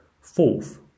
fourth